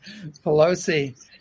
Pelosi